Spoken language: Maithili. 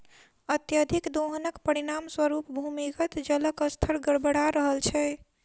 अत्यधिक दोहनक परिणाम स्वरूप भूमिगत जलक स्तर गड़बड़ा रहल छै